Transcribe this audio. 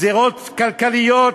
גזירות כלכליות,